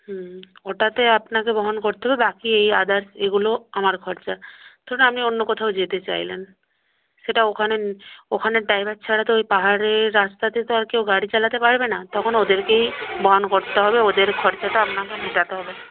হুম ওটাতে আপনাকে বহন করতে হবে বাকি এই আদার্স এগুলো আমার খরচা ধরুন আপনি অন্য কোথাও যেতে চাইলেন সেটা ওখানে ওখানের ড্রাইভার ছাড়া তো ওই পাহাড়ের রাস্তাতে তো আর কেউ গাড়ি চালাতে পারবে না তখন ওদেরকেই বহন করতে হবে ওদের খরচাটা আপনাকে মেটাতে হবে